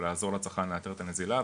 ולעזור לצרכן לאתר את הנזילה,